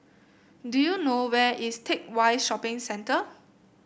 do you know where is Teck Whye Shopping Centre